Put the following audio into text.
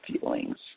feelings